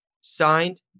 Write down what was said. signed